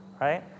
right